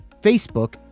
Facebook